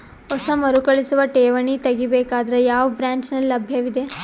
ಹೊಸ ಮರುಕಳಿಸುವ ಠೇವಣಿ ತೇಗಿ ಬೇಕಾದರ ಯಾವ ಬ್ರಾಂಚ್ ನಲ್ಲಿ ಲಭ್ಯವಿದೆ?